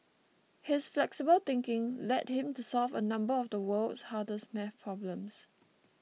his flexible thinking led him to solve a number of the world's hardest math problems